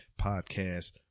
podcast